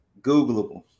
Googleable